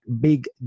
big